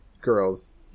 girls